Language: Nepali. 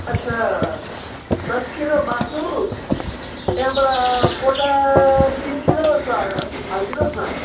अच्छा दस किलो मासु त्यहाँबाट पोटा तिन किलो जस्तो हालिदिनुहोस् न